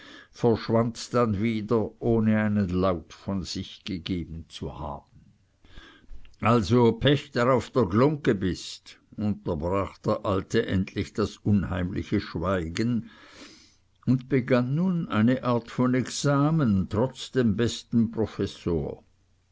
verschwand dann wieder ohne einen laut von sich gegeben zu haben also pächter auf der glungge bist unterbrach der alte endlich das unheimliche schweigen und begann nun eine art von examen trotz dem besten professor